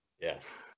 Yes